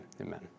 amen